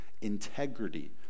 integrity